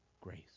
grace